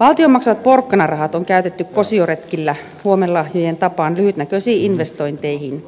valtion maksamat porkkanarahat on käytetty kosioretkillä huomenlahjojen tapaan lyhytnäköisiin investointeihin